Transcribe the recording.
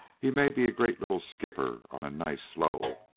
he may be a great little skipper on a nice, slow,